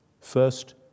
First